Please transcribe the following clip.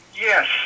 Yes